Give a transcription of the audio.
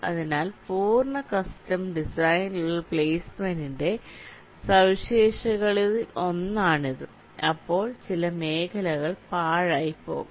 അതിനാൽ പൂർണ്ണ കസ്റ്റം ഡിസൈനിലുള്ള പ്ലെയ്സ്മെന്റിന്റെ സവിശേഷതകളിലൊന്നാണിത് അപ്പോൾ ചില മേഖലകൾ പാഴായിപ്പോകാം